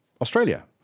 Australia